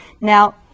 Now